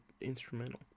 instrumental